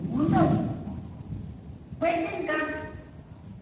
हुन्छ म एकछिन काम